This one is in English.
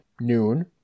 noon